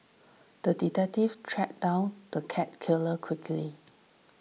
the detective tracked down the cat killer quickly